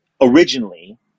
originally